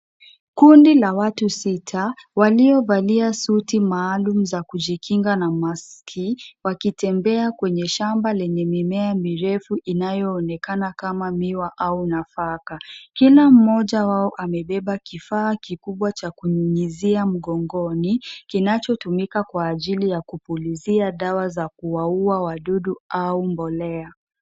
Kundi la watu sita waliovalia suti maalum za kujikinga na maski wakitembea kwenye shamba lenye mimea mirefu inayoonekana kama miwa au nafaka. Kila mmoja wao amebeba kifaa kikubwa cha kunyunyizia mgongoni, kinachotumika kwa ajili ya kupulizia dawa za kuwaua wadudu au mbolea.